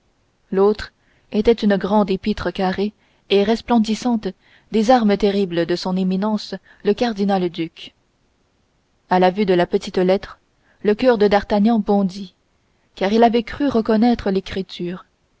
l'autre était une grande épître carrée et resplendissante des armes terribles de son éminence le cardinal duc à la vue de la petite lettre le coeur de d'artagnan bondit car il avait cru reconnaître l'écriture